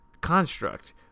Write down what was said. construct